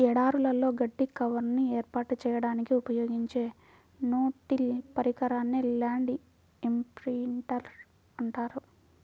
ఎడారులలో గడ్డి కవర్ను ఏర్పాటు చేయడానికి ఉపయోగించే నో టిల్ పరికరాన్నే ల్యాండ్ ఇంప్రింటర్ అంటారు